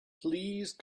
please